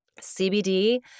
CBD